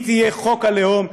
היא תהיה חוק הלאום,